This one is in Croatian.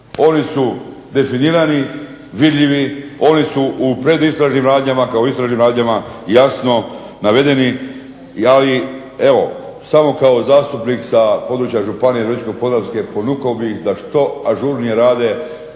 Oni su definirani, vidljivi, oni su u predistražnim radnjama kao istražnim radnjama jasno navedeni ali samo kao zastupnik sa područja županije Podravske punukao bih da što ažurnije rade